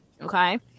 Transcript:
okay